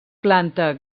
planta